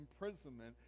imprisonment